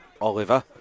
Oliver